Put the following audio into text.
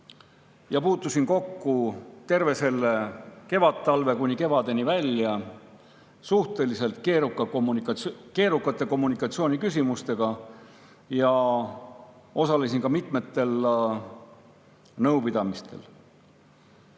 Ma puutusin kokku terve selle kevadtalve kuni kevadeni välja suhteliselt keerukate kommunikatsiooniküsimustega ja osalesin ka mitmetel nõupidamistel.